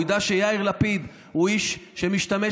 הוא ידע שיאיר לפיד הוא איש שמשתמש